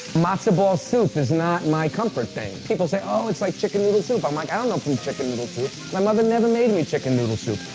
matzo ball soup is not my comfort thing. people say, oh, it's like chicken noodle soup. i'm like, i don't know from chicken noodle soup. my mother never made me chicken noodle soup.